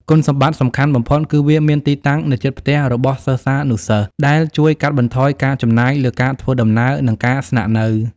គុណសម្បត្តិសំខាន់បំផុតគឺវាមានទីតាំងនៅជិតផ្ទះរបស់សិស្សានុសិស្ស ដែលជួយកាត់បន្ថយការចំណាយលើការធ្វើដំណើរនិងការស្នាក់នៅ។